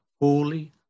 holy